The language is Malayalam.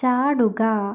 ചാടുക